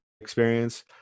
experience